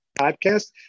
podcast